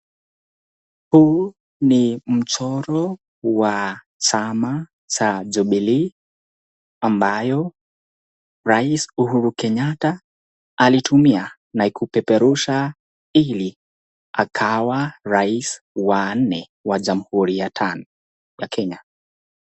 Huu ni mchoro wa chama cha Jubilee ambayo Rais Uhuru Kenyatta alimtumia na kuipeperusha ili akawa rais wa nne wa jamhuri ya tano ya Kenya.